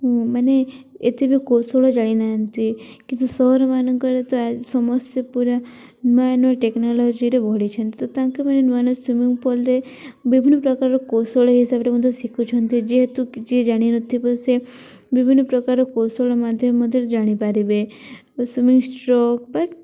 ମାନେ ଏତେ ବି କୌଶଳ ଜାଣିନାହାନ୍ତି କିନ୍ତୁ ସହର ମାନଙ୍କରେ ତ ସମସ୍ତେ ପୁରା ନୂଆ ନୂଆ ଟେକ୍ନୋଲୋଜିରେ ବଢ଼ିଛନ୍ତି ତ ତାଙ୍କେମାନେ ନୂଆ ନୂଆ ସୁଇମିଂ ପୁଲରେ ବିଭିନ୍ନ ପ୍ରକାର କୌଶଳ ହିସାବରେ ମଧ୍ୟ ଶିଖୁଛନ୍ତି ଯେହେତୁ କି ଯିଏ ଜାଣିନଥିବ ସେ ବିଭିନ୍ନ ପ୍ରକାର କୌଶଳ ମାଧ୍ୟମରେ ଜାଣିପାରିବେ ସୁଇମିଂ ଷ୍ଟ୍ରୋକ ବା